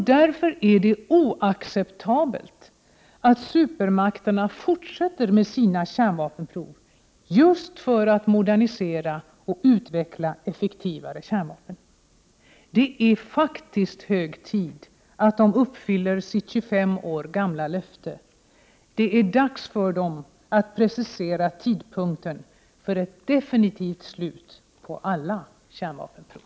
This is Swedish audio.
Därför är det oacceptabelt att supermakterna fortsätter med sina kärnvapenprov just för att modernisera och utveckla effektivare kärnvapen. Det är faktiskt hög tid att de uppfyller sitt 25 år gamla löfte. Det är dags för dem att precisera tidpunkten för ett definitivt slut på alla kärnvapenprov.